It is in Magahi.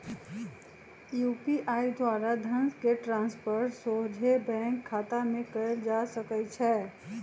यू.पी.आई द्वारा धन के ट्रांसफर सोझे बैंक खतामें कयल जा सकइ छै